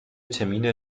termine